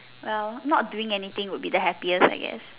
well not doing anything would be the happiest I guess